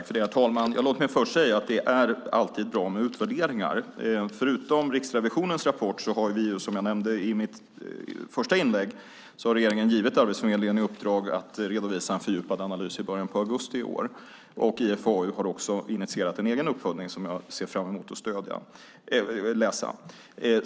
Herr talman! Låt mig först säga att det alltid är bra med utvärderingar. Förutom Riksrevisionens rapport har regeringen, som jag nämnde i mitt första inlägg, gett Arbetsförmedlingen i uppdrag att redovisa en fördjupad analys i början av augusti i år. IFAU har också initierat en egen uppföljning som jag ser fram emot att läsa.